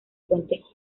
puentes